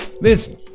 Listen